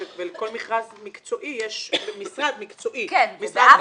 שגית, אבל לכל מכרז מקצועי יש משרד מקצועי, משרד